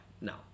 no